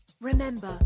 Remember